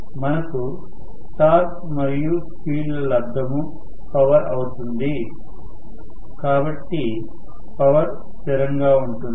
మనకు torque Te మరియు speed ω లబ్దము పవర్ అవుతుంది కాబట్టి పవర్ స్థిరంగా ఉంటుంది